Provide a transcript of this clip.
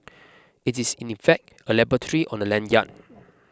it is in effect a laboratory on a lanyard